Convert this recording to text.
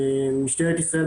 משטרת ישראל,